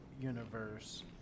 universe